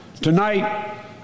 Tonight